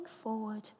forward